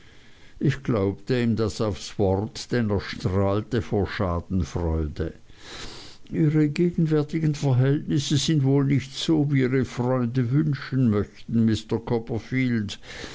ich glaubte ihm das aufs wort denn er strahlte vor schadenfreude ihre gegenwärtigen verhältnisse sind wohl nicht so wie ihre freunde wünschen möchten mister copperfield